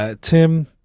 Tim